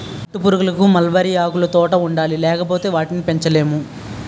పట్టుపురుగులకు మల్బరీ ఆకులుతోట ఉండాలి లేపోతే ఆటిని పెంచలేము